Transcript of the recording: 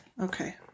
okay